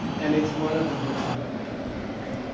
and it's one of the books of ah abhidharma. okay?